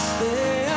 Stay